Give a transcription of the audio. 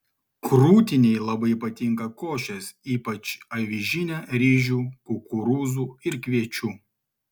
krūtinei labai patinka košės ypač avižinė ryžių kukurūzų ir kviečių